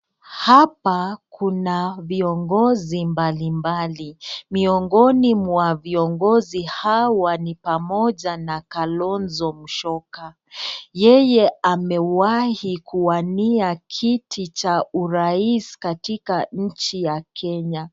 Hapa kuna viongozi mbalimbali, miongoni mwa viongozi hawa ni pamoja na Kalonzo Musyoka yeye amewahi kuwania kiti cha urais katika nchi ya Kenya.